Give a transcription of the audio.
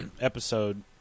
episode